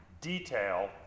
detail